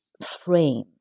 frame